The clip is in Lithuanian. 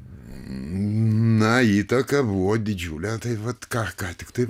na įtaka buvo didžiulė tai vat ką ką tiktai